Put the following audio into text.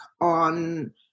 on